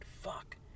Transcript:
Fuck